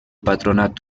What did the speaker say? patronat